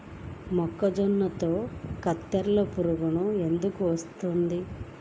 మొక్కజొన్నలో కత్తెర పురుగు ఎందుకు వస్తుంది?